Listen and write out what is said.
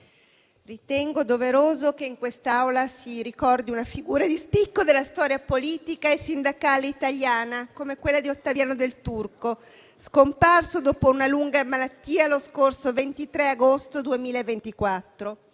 ritengo doveroso che in quest'Aula si ricordi una figura di spicco della storia politica e sindacale italiana come quella di Ottaviano Del Turco, scomparso dopo una lunga malattia lo scorso 23 agosto 2024.